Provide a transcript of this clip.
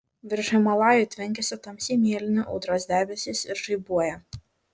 virš himalajų tvenkiasi tamsiai mėlyni audros debesys ir žaibuoja